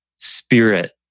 Spirit